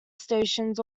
stations